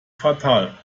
fatal